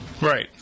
Right